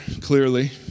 Clearly